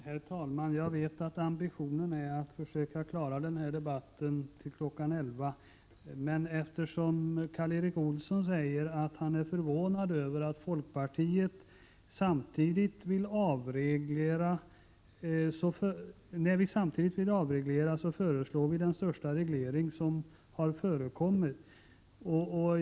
Herr talman! Jag vet att ambitionen är att försöka klara den här debatten till kl. 23.00. Karl Erik Olsson säger att han är förvånad. Han säger: Samtidigt som folkpartiet vill ha en avreglering föreslår folkpartiet den största reglering som har förekommit.